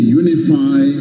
unify